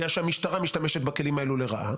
בגלל שהמשטרה משתמשת בכלים האלו לרעה.